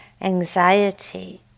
anxiety